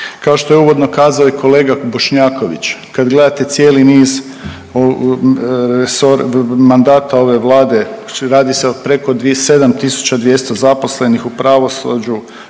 Kao što je uvodno kazao i kolega Bošnjaković, kad gledate cijeli niz mandata ove Vlade radi se o preko 7 tisuća 200 zaposlenih u pravosuđu,